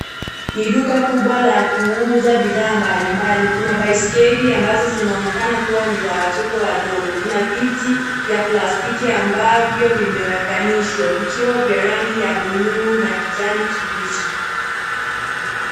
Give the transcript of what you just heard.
Ni Duka kubwa la kuuza bidhaa mbali mbali. Kuna baiskeli ambazo zinaonekana kuwa nizawatoto wadogo kuna viti vya plastiki ambavyo vimewekanishwa vikiwa vya rangi ya bluu na kijani kibichi